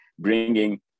Bringing